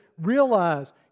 realize